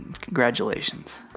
congratulations